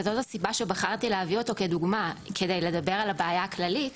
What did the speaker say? וזאת הסיבה שבחרתי להביא אותו כדוגמה כדי לדבר על הבעיה הכללית,